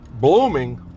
blooming